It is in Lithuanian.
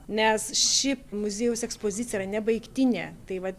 nes ši muziejaus ekspozicija yra nebaigtinė tai va